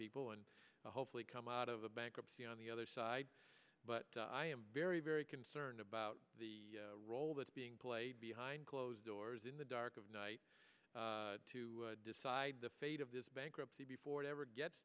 people and hopefully come out of the bankruptcy on the other side but i am very very concerned about the role that's being played behind closed doors in the dark of night to decide the fate of this bankruptcy before it ever gets